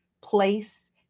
place